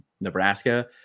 Nebraska